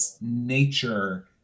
nature